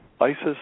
ISIS